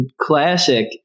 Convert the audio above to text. classic